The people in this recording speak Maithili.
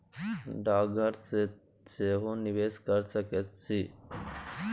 डाकघर मे सेहो निवेश कए सकैत छी